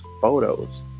photos